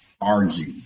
argue